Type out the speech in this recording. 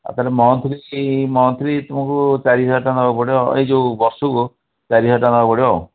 ଆଉ ତା'ହେଲେ monthly monthly ତୁମକୁ ଚାରି ହଜାର ଟଙ୍କା ଦେବାକୁ ପଡ଼ିବ ଏଇ ଯେଉଁ ବର୍ଷକୁ ଚାରି ହଜାର ଟଙ୍କା ଦେବାକୁ ପଡ଼ିବ ଆଉ